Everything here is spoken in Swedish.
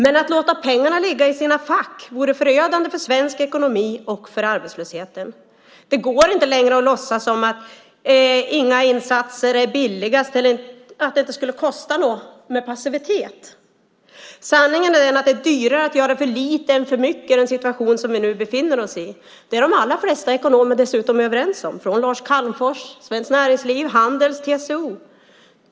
Men att låta pengarna ligga i sina fack vore förödande för svensk ekonomi och för arbetslösheten. Det går inte längre att låtsas som att inga insatser är billigast eller att det inte skulle kosta något med passivitet. Sanningen är den att det är dyrare att göra för lite än för mycket i den situation som vi nu befinner oss i. Det är de allra flesta ekonomer dessutom överens om, från Lars Calmfors, Svenskt Näringsliv, Handels och TCO.